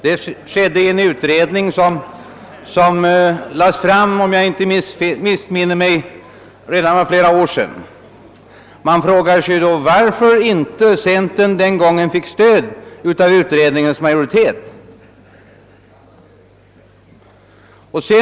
Det skedde i en utredning som, om jag inte missminner mig, lades fram redan 1963. Man frågar sig, varför centern den gången inte fick något stöd av utredningens majoritet.